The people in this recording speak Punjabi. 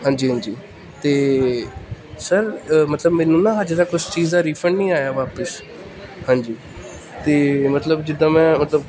ਹਾਂਜੀ ਹਾਂਜੀ ਅਤੇ ਸਰ ਮਤਲਬ ਮੈਨੂੰ ਨਾ ਹਜੇ ਤੱਕ ਉਸ ਚੀਜ਼ ਦਾ ਰਿਫੰਡ ਨਹੀਂ ਆਇਆ ਵਾਪਸ ਹਾਂਜੀ ਅਤੇ ਮਤਲਬ ਜਿੱਦਾਂ ਮੈਂ ਮਤਲਬ